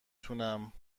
تونم